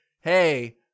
hey